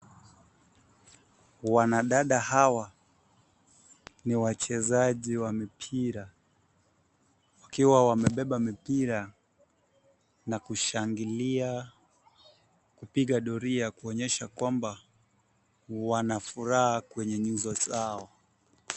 Wanadada hawa ni wachezaji wa mpira, wakiwa wamebeba mipira na kushangilia kupiga doria kuonyesha kwamba wanafuraha kwenye nyuso zao.